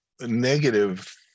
negative